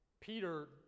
Peter